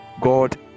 God